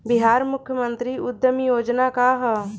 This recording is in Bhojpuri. बिहार मुख्यमंत्री उद्यमी योजना का है?